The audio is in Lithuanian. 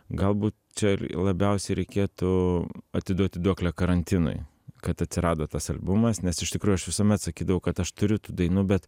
galbūt čia ir labiausiai reikėtų atiduoti duoklę karantinui kad atsirado tas albumas nes iš tikrųjų aš visuomet sakydavau kad aš turiu tų dainų bet